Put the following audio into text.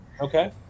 Okay